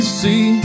see